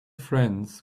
friends